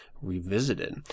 Revisited